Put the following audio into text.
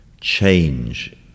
change